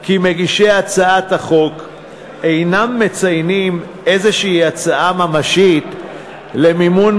כי מגישי הצעת החוק אינם מציינים איזושהי הצעה ממשית למימון,